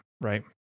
right